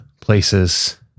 places